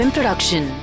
Production